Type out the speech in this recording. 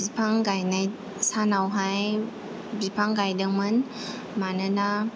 बिफां गायनाय सानाव हाय बिफां गायदोंमोन मानोना